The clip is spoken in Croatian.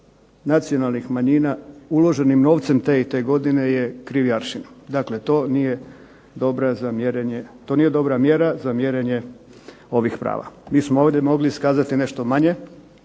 nacionalnih manjina uloženim novcem te i te godine je krivi aršin. Dakle, to nije dobra mjera za mjerenje ovih prava. Mi smo ovdje mogli iskazati nešto manje